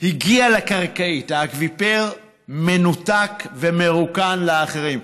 הגיע לקרקעית, האקוויפר מנותק ומרוקן לאחרים.